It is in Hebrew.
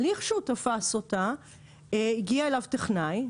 לכשהוא תפס אותה הגיע אליו טכנאי,